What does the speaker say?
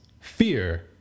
Fear